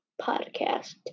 Podcast